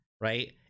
right